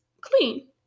clean